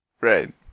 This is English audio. Right